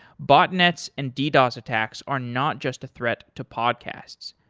botnets and ddos attacks are not just a threat to podcasts,